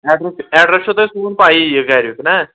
address چھُ address چھُو تۄہہِ سون پَیی یہِ گَریُک نا